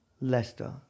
Leicester